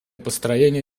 построения